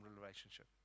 relationship